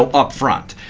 um upfront.